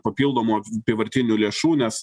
papildomų apyvartinių lėšų nes